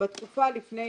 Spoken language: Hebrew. בתקופה לפני